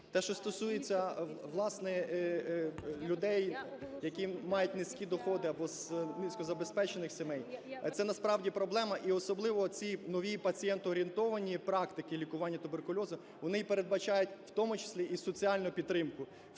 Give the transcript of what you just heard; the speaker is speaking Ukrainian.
Те, що стосується, власне, людей, які мають низькі доходи, або з низькозабезпечених сімей, це насправді проблема. І особливо ці нові пацієнтоорієнтовані практики лікування туберкульозу, вони і передбачають в тому числі і соціальну підтримку,